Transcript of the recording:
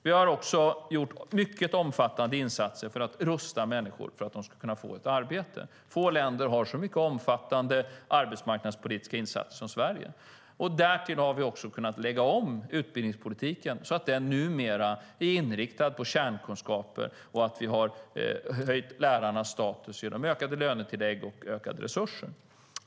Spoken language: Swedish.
Vi har även gjort omfattande insatser för att rusta människor så att de ska kunna få ett arbete. Få länder har så omfattande arbetsmarknadspolitiska insatser som Sverige. Vi har därtill kunnat lägga om utbildningspolitiken så att den numera är inriktad på kärnkunskaper, och vi har höjt lärarnas status genom ökade lönetillägg och resurser.